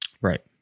Right